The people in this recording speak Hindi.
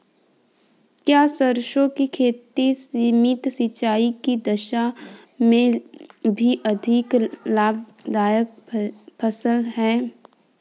क्या सरसों की खेती सीमित सिंचाई की दशा में भी अधिक लाभदायक फसल है?